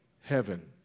heaven